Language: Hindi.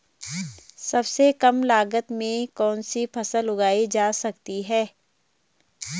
सबसे कम लागत में कौन सी फसल उगाई जा सकती है